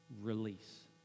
release